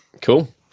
Cool